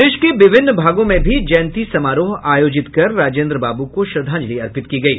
प्रदेश के विभिन्न भागों में भी जयंती समारोह आयोजित कर राजेन्द्र बाबू को श्रद्धांजलि अर्पित की गयी